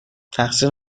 تقصیر